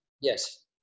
Yes